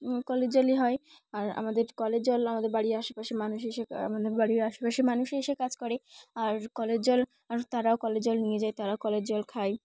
কলের জলেই হয় আর আমাদের কলের জল আমাদের বাড়ির আশেপাশের মানুষ এসে আমাদের বাড়ির আশেপাশের মানুষই এসে কাজ করে আর কলের জল আর তারাও কলের জল নিয়ে যায় তারাও কলের জল খায়